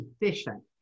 efficient